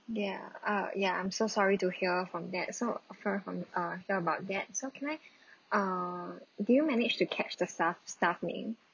ya uh ya I'm so sorry to hear from that so f~ from uh hear about that so can I uh do you manage to catch the staff staff name